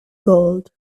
gold